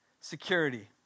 security